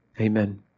Amen